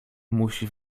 musi